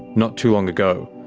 not too long ago,